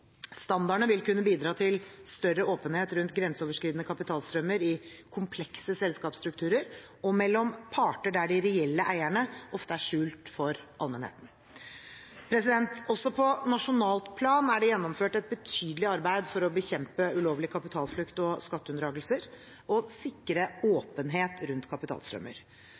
Standardene vil kunne bidra til større åpenhet rundt grenseoverskridende kapitalstrømmer i komplekse selskapsstrukturer og mellom parter der de reelle eierne ofte er skjult for allmennheten. Også på nasjonalt plan er det gjennomført et betydelig arbeid for å bekjempe ulovlig kapitalflukt og skatteunndragelser og sikre åpenhet rundt kapitalstrømmer.